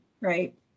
right